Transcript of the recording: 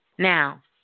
Now